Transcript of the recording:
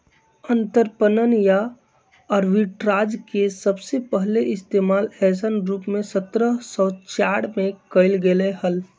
अंतरपणन या आर्बिट्राज के सबसे पहले इश्तेमाल ऐसन रूप में सत्रह सौ चार में कइल गैले हल